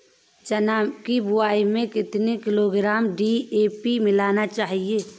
चना की बुवाई में कितनी किलोग्राम डी.ए.पी मिलाना चाहिए?